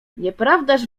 nieprawdaż